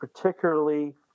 particularly